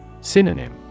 Synonym